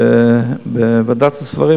ובוועדת השרים,